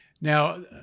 Now